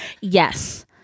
yes